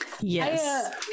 Yes